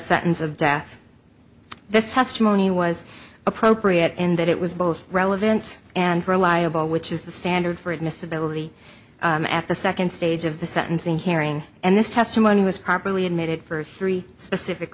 sentence of death this testimony was appropriate in that it was both relevant and reliable which is the standard for admissibility at the second stage of the sentencing hearing and this testimony was properly admitted for three specific